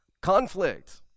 conflict